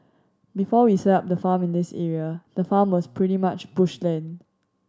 before we set up the farm in this area the farm was pretty much bush land